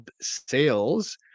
sales